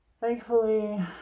thankfully